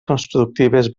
constructives